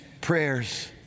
prayers